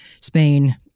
Spain